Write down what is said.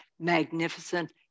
magnificent